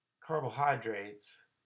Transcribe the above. carbohydrates